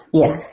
yes